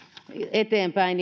eteenpäin